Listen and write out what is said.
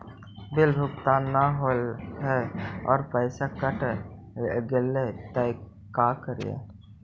Bill भुगतान न हौले हे और पैसा कट गेलै त का करि?